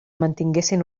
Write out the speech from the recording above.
mantinguessin